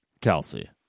Kelsey